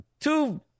two